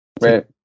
Right